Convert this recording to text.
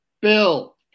bill